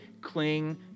Cling